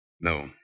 No